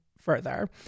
further